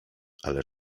ale